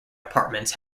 apartments